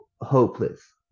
hopeless